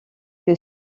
que